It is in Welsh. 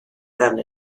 fewn